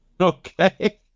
Okay